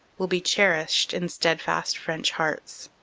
will be cherished in steadfast french hearts.